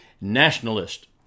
Nationalist